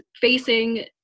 facing